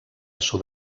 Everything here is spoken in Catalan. sud